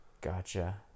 Gotcha